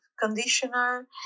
conditioner